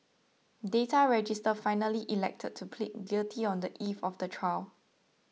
data register finally elected to plead guilty on the eve of the trial